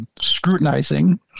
scrutinizing